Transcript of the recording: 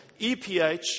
EPH